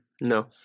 No